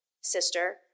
sister